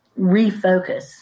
refocus